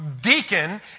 deacon